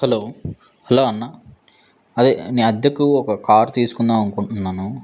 hello hello అన్న అదే నే అద్దెకు ఒక కార్ తీసుకుందాం అనుకుంటున్నాను